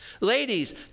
Ladies